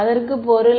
அதற்கு என்ன பொருள்